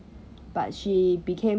but she became